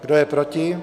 Kdo je proti?